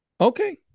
Okay